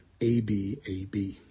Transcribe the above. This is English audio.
ABAB